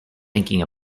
thinking